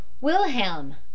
Wilhelm